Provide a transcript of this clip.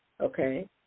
okay